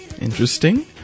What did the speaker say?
Interesting